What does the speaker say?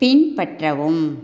பின்பற்றவும்